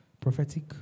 prophetic